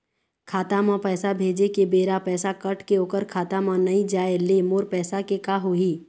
खाता म पैसा भेजे के बेरा पैसा कट के ओकर खाता म नई जाय ले मोर पैसा के का होही?